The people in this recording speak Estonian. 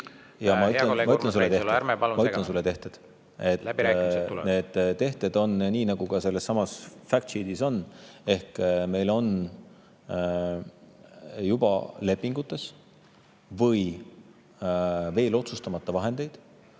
Ma ütlen sulle tehted. Need tehted on nii, nagu ka sellessamasfact sheet'is on. Meil on juba lepingutes või veel otsustamata vahendeid